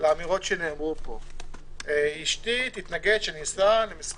שם את האמת שמושרשת בהרבה מאוד אנשים על השולחן,